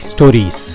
Stories